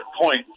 point